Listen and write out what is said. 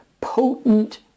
potent